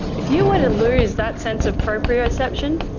if you were to lose that sense of proprioception,